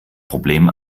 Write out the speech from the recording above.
problem